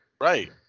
Right